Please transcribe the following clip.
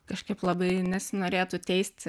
kažkaip labai nesinorėtų teisti